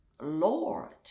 Lord